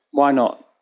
why not?